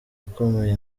akomeye